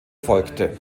folgte